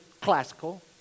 Classical